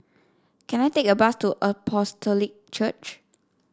can I take a bus to Apostolic Church